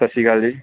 ਸਤਿ ਸ਼੍ਰੀ ਅਕਾਲ ਜੀ